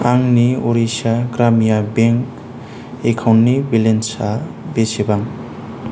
आंनि अरिस्सा ग्राम्या बेंक एकाउन्टनि बेलेन्सा बेसेबां